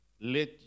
let